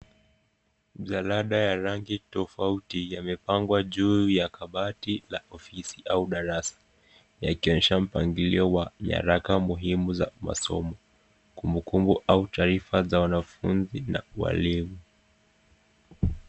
Jalada ya rangi tofauti yamepangwa juu ya kabati la ofisi au darasa yakionyesha mpangilio wa yaraka muhimu za masomo, kumbukumbu au taifa za wananfunzi na walimu.